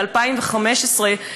ב-2015,